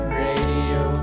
radio